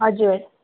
हजुर